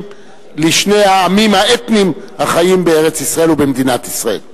לשני העמים האתניים החיים בארץ-ישראל ובמדינת ישראל.